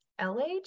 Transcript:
LH